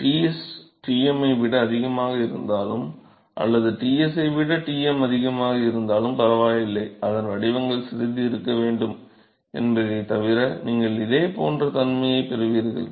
Ts Tm ஐ விட அதிகமாக இருந்தாலும் அல்லது Ts ஐ விட Tm அதிகமாக இருந்தாலும் பரவாயில்லை அதன் வடிவங்கள் சிறிது இருக்க வேண்டும் என்பதைத் தவிர நீங்கள் இதேபோன்ற தன்மையைப் பெறுவீர்கள்